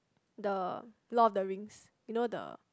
the Lord of the Rings you know the